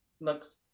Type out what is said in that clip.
Looks